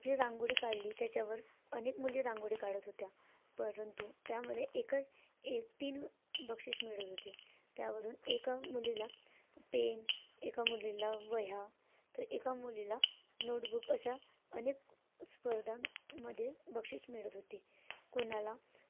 आपली रांगोळी काढली त्याच्यावर अनेक मुली रांगोळी काढत होत्या परंतु त्यामध्ये एकच एक तीन बक्षीस मिळत होते त्यावरून एका मुलीला पेन एका मुलीला वह्या तर एका मुलीला नोटबुक अशा अनेक स्पर्धामध्ये बक्षीस मिळत होते कोणाला